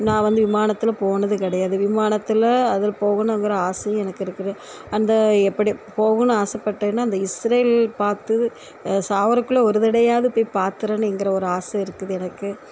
நான் வந்து விமானத்தில் போனது கிடயாது விமானத்தில் அதில் போகணுங்கிற ஆசையும் எனக்கு இருக்குது அந்த எப்படி போகணும் ஆசைப்பட்டேனோ அந்த இஸ்ரேல் பார்த்து சாவரதுக்குள்ள ஒரு தடவையாது போய் பார்த்துரணுங்கிற ஒரு ஆசை இருக்குது எனக்கு